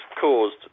caused